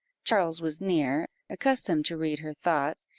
charles was near accustomed to read her thoughts,